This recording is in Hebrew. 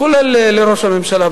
כולל לראש הממשלה,